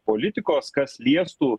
politikos kas liestų